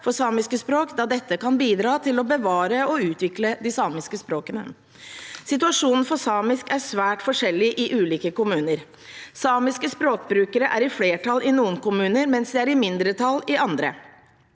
for samiske språk, da dette kan bidra til å bevare og utvikle de samiske språkene. Situasjonen for samisk er svært forskjellig i ulike kommuner. Samiske språkbrukere er i flertall i noen kommuner, mens de er i mindretall i andre.